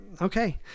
okay